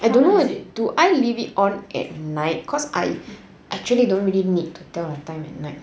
I don't know do I leave it on at night cause at night actually don't really need to tell the time at night